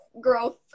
growth